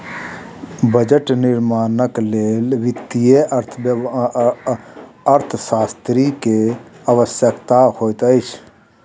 budget निर्माणक लेल वित्तीय अर्थशास्त्री के आवश्यकता होइत अछि